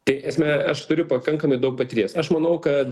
tai esme aš turiu pakankamai daug patirties aš manau kad